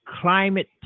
climate